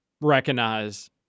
recognize